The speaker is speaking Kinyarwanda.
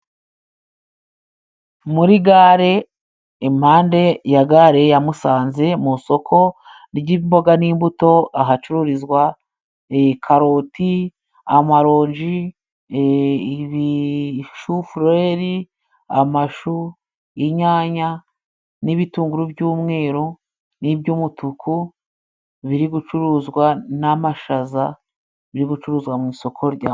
Muri gare, impande ya gare ya Musanze, mu isoko ry’imboga n’imbuto, ahacururizwa karoti, amaronji, ibishufureri, amashu, inyanya n’ibitunguru by’umweru n’iby’umutuku, biri gucuruzwa, n’amashaza, biri gucuruzwa mu isoko rya.